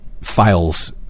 files